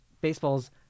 baseball's